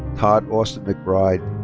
todd austin mcbride.